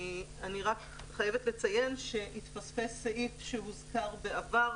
אני חייבת לציין שהתפספס סעיף שהוזכר בעבר,